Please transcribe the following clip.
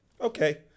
Okay